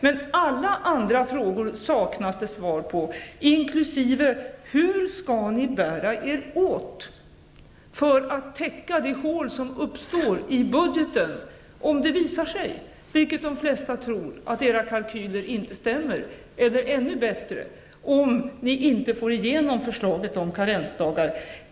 Men på alla andra frågor saknas det svar, inkl. på frågan hur ni skall bära er åt för att täcka det hål som uppstår i budgeten om det visar sig, vilket de flesta tror, att era kalkyler inte stämmer eller -- vilket vore bättre -- om ni inte får igenom förslaget om karensdagar.